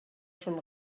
schon